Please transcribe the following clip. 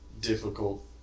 difficult